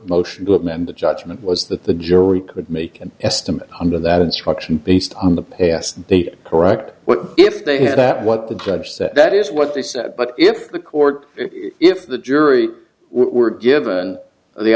motion to amend the judgment was that the jury could make an estimate under that instruction based on the past date correct what if they had that what the judge said that is what they said but if the court if the jury were given the